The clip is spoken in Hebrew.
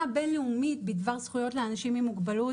הבין-לאומית בדבר זכויות לאנשים עם מוגבלות